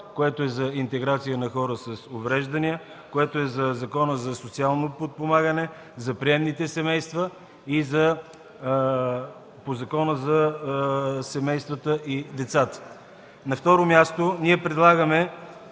което е за интеграция на хора с увреждания, което е за Закона за социално подпомагане, за приемните семейства и по Закона за семействата и децата. (Реплика от народния представител